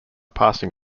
passing